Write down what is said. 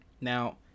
Now